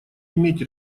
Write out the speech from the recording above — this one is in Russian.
иметь